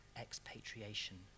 expatriation